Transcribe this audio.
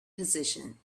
position